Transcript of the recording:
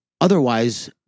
Otherwise